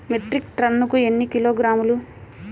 Metric టన్నుకు ఎన్ని కిలోగ్రాములు?